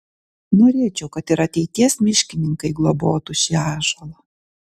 norėčiau kad ir ateities miškininkai globotų šį ąžuolą